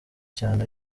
cyane